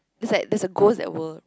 it's like there is a ghost that will